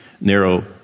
narrow